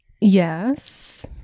Yes